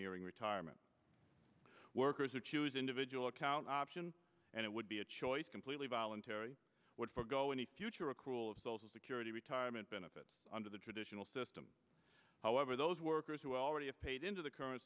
nearing retirement workers or choose individual account option and it would be a choice completely voluntary would forego any future accrual of social security retirement benefits under the traditional system however those workers who already have paid into the current